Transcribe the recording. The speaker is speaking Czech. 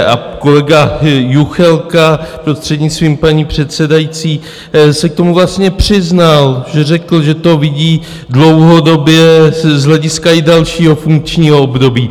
A kolega Juchelka, prostřednictvím paní předsedající, se k tomu vlastně přiznal, že řekl, že to vidí dlouhodobě z hlediska i dalšího funkčního období.